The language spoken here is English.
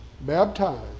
baptized